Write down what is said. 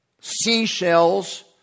seashells